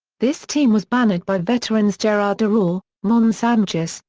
this team was bannered by veterans gerard araw, mon sandejas,